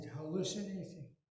hallucinating